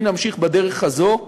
אם נמשיך בדרך הזאת,